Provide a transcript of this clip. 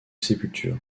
sépulture